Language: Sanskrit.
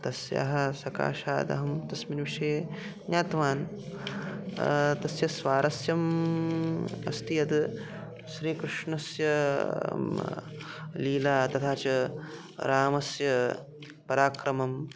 तस्याः सकाशाद् अहं तस्मिन् विषये ज्ञातवान् तस्य स्वारस्यं अस्ति यद् श्रीकृष्णस्य लीला तथा च रामस्य पराक्रमः